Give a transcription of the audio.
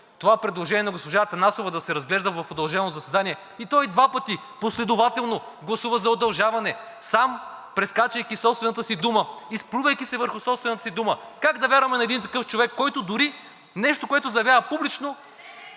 това предложение на госпожа Атанасова да се разглежда в удължено заседание, и той два пъти последователно гласува сам за удължаване, прескачайки собствената си дума, изплювайки се върху собствената си дума. Как да вярваме на един такъв човек, който дори за нещо, което заявява публично,